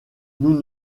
nous